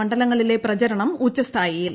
മണ്ഡലങ്ങളിലെ പ്രചരണ്ട് ഉച്ച്സ്ഥായിയിൽ